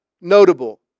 notable